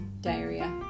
diarrhea